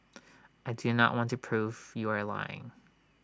I do not want to prove you are lying